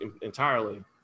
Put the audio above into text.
entirely